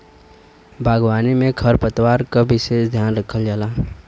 बागवानी में खरपतवार क विसेस ध्यान रखल जाला